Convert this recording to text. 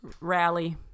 rally